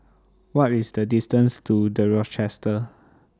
What IS The distance to The Rochester